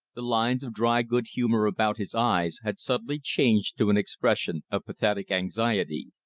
the lines of dry good-humor about his eyes had subtly changed to an expression of pathetic anxiety.